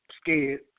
scared